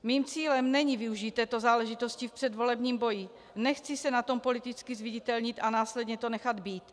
Mým cílem není využít této záležitosti v předvolebním boji, nechci se na tom politicky zviditelnit a následně to nechat být.